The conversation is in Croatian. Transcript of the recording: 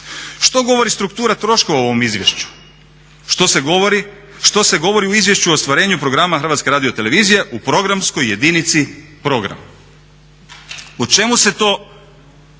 Što govori struktura troškova u ovom izvješću, što se govori, što se govori u izvješću o ostvarenju programa HRT-a u programskoj jedinici program? O čemu se to